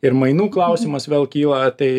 ir mainų klausimas vėl kyla tai